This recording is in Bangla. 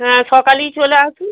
হ্যাঁ সকালেই চলে আসুন